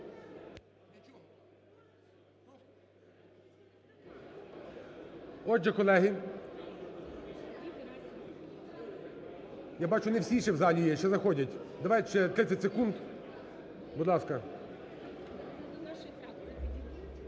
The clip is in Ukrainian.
Отже, колеги… Я бачу, не всі ще в залі є, ще заходять. Давайте ще 30 секунд, будь ласка.